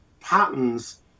patterns